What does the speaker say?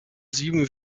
sieben